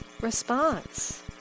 response